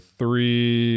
three